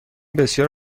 بسیار